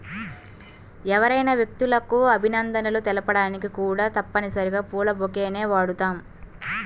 ఎవరైనా వ్యక్తులకు అభినందనలు తెలపడానికి కూడా తప్పనిసరిగా పూల బొకేని వాడుతాం